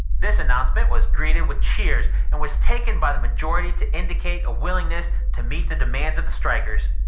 this announcement was greeted with cheers and was taken by the majority to indicate a willingness to meet the demands of the strikers.